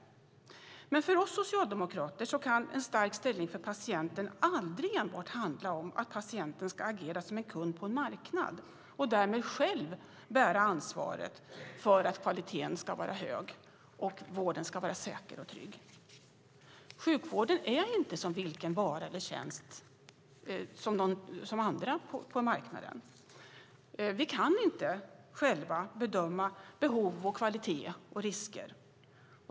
Men för oss socialdemokrater kan en stark ställning för patienten aldrig enbart handla om att patienten ska agera som en kund på en marknad och därmed själv bära ansvaret för att kvaliteten ska vara hög och vården vara säker och trygg. Sjukvården är inte som vilken vara eller tjänst som helst på marknaden. Vi kan inte själva bedöma behov, kvalitet och risker.